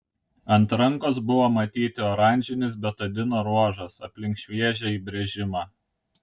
ant rankos buvo matyti oranžinis betadino ruožas aplink šviežią įbrėžimą